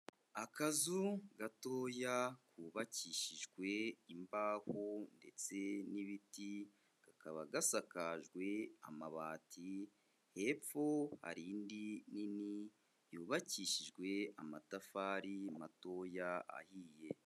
Akazu gatoya kubabakishijwe imbaho ndetse n'ibiti kakaba gasakajwe amabati, hepfo hari indi nini yubakishijwe amatafari matoya ahiye.